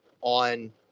on –